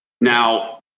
Now